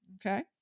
Okay